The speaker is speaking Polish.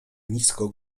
nisko